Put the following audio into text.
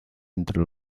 entre